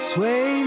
Sway